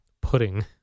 pudding